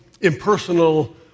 impersonal